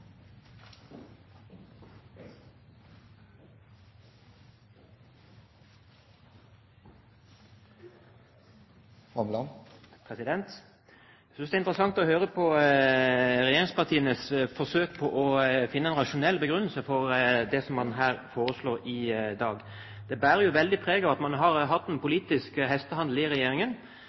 interessant å høre på at regjeringspartiene forsøker å finne en rasjonell begrunnelse for det man foreslår i dag. Det bærer jo veldig preg av at man har hatt en politisk hestehandel i regjeringen.